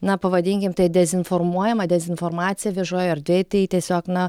na pavadinkim tai dezinformuojama dezinformacija viešoj erdvėj tai tiesiog na